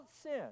sin